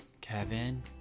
Kevin